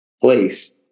place